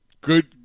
good